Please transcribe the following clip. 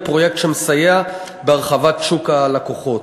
בפרויקט שמסייע בהרחבת שוק הלקוחות.